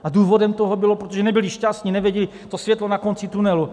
A důvodem toho bylo, protože nebyli šťastní, neviděli světlo na konci tunelu.